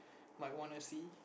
might wanna see